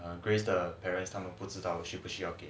err grace the parents 他们不知道需不需要给